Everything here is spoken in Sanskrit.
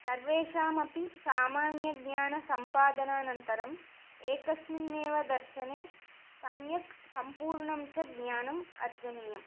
सर्वेषाम् अपि सामान्यज्ञानसम्पादानन्तरं एकस्मिन्नेव दर्शने सम्यक् सम्पूर्णं च ज्ञानम् अर्जनीयम्